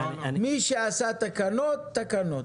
מי עשה תקנות תקנות.